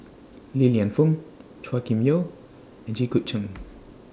Li Lienfung Chua Kim Yeow and Jit Koon Ch'ng